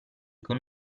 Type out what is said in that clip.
con